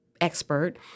expert